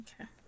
Okay